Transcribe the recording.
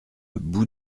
bout